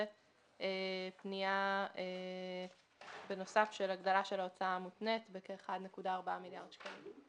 בנוסף פנייה להגדלה של ההוצאה המותנית בכ-1.4 מיליארד שקלים.